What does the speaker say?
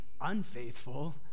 unfaithful